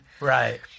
right